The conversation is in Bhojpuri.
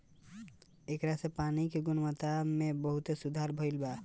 ऐकरा से पानी के गुणवत्ता में बहुते सुधार भईल बा